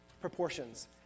proportions